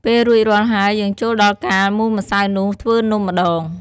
ពេលរួចរាល់ហើយ យើងចូលដល់ការមូលម្សៅនោះ ធ្វើនំម្ដង។